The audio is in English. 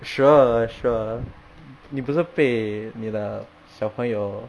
sure sure 你不是被你的小朋友